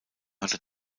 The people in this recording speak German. hatte